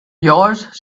yours